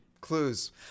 clues